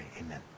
amen